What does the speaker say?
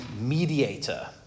mediator